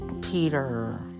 Peter